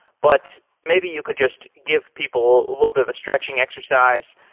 but maybe you could just give people a little bit of a stretching exercise,